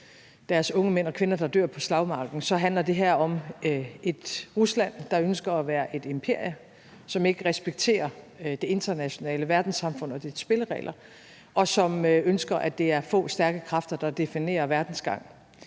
deres unge mænd og kvinder, der dør på slagmarken, så handler det her om et Rusland, der ønsker at være et imperie, som ikke respekterer det internationale verdenssamfund og dets spilleregler, og som ønsker, at det er få stærke kræfter, der definerer verdens gang.